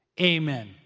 amen